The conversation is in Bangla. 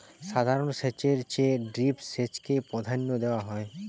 সাধারণ সেচের চেয়ে ড্রিপ সেচকে প্রাধান্য দেওয়া হয়